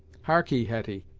harkee, hetty,